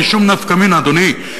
אין לי שום נפקא מינה, אדוני.